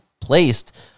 placed